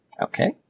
Okay